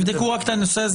תבדקו את הנושא הזה.